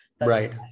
Right